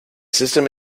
system